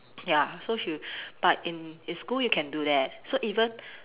ya so she'll but in in school you can do that so even